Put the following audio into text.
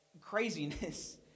craziness